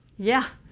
yeah,